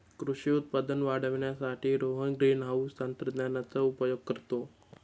कृषी उत्पादन वाढवण्यासाठी रोहन ग्रीनहाउस तंत्रज्ञानाचा उपयोग करतो